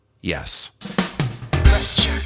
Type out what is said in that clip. Yes